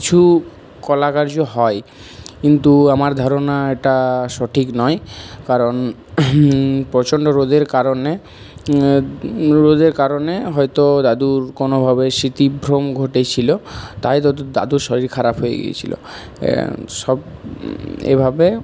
কিছু কলাকার্য হয় কিন্তু আমার ধারণা এটা সঠিক নয় কারণ প্রচণ্ড রোদের কারণে রোদের কারণে হয়তো দাদুর কোনোভাবে স্মৃতিভ্রম ঘটেছিলো তাই দাদুর দাদুর শরীর খারাপ হয়ে গিয়েছিলো সব এভাবে